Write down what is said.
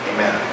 Amen